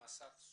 בהעמסת סוכר.